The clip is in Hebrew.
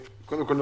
קודם כל,